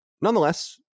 nonetheless